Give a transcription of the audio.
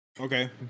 Okay